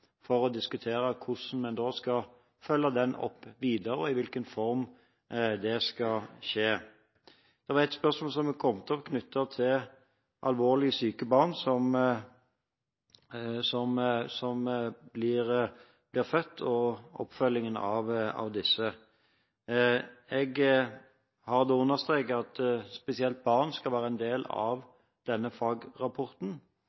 for å diskutere hvordan vi skal følge den opp videre, og i hvilken form det skal skje. Det kom opp et spørsmål knyttet til alvorlig syke barn som blir født, og oppfølgingen av disse. Jeg har understreket at spesielt barn skal være en del